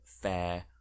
fair